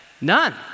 None